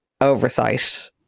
oversight